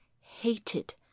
hated